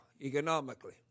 economically